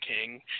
King